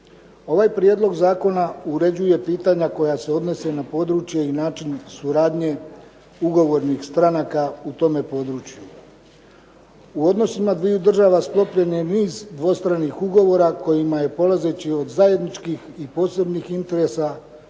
Ovaj prijedlog zakona uređuje pitanja koja se odnose na područje i način suradnje ugovornih stranaka u tome području. U odnosima dviju država sklopljen je niz dvostranih ugovora kojima je polazeći od zajedničkih i posebnih interesa